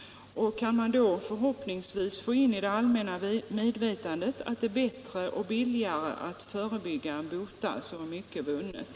Kan man då förhoppningsvis få in i det allmänna medvetandet att det är bättre och billigare att förebygga än att bota, så är mycket vunnet.